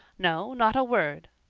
no, not a word.